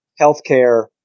healthcare